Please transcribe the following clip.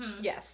yes